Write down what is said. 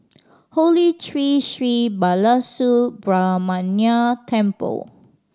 Holy Tree Sri Balasubramaniar Temple